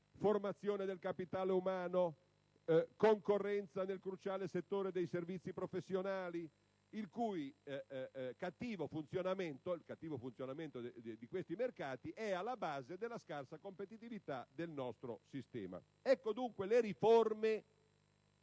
formazione del capitale umano, concorrenza nel cruciale settore dei servizi professionali, il in considerazione del fatto che il cattivo funzionamento di questi mercati è alla base della scarsa competitività del nostro sistema. Ecco, dunque, le riforme